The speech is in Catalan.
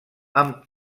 amb